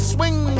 Swing